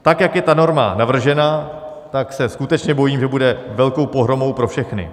Tak jak je ta norma navržena, tak se skutečně bojím, že bude velkou pohromou pro všechny.